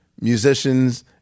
musicians